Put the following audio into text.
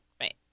right